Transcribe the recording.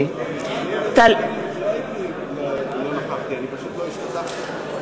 אני לא לא נכחתי, אני פשוט לא השתתפתי.